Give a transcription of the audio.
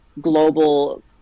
global